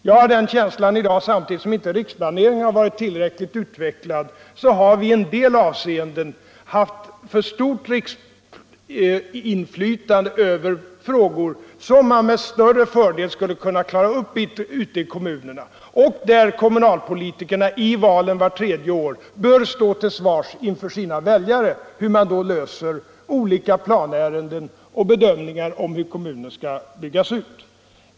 Jag har den känslan, att samtidigt som riksplaneringen inte har varit tillräckligt utvecklad har vi i en del avseenden haft för stort riksinflytande över frågor som man med större fördel skulle kunna klara upp i kommunerna. I valen vart tredje år får sedan kommunalpolitikerna stå till svars inför sina väljare för hur de har löst planärendena och hur de har bedömt att kommunen skall byggas ut.